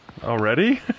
Already